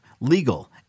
legal